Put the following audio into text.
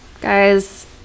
Guys